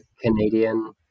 Canadian